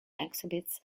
exhibits